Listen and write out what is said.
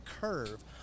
curve